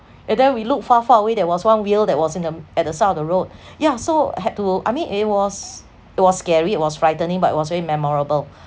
and then we look far far away there was one wheel that was in um at the side of the road yeah so I had to I mean it was it was scary it was frightening but it was very memorable